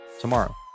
tomorrow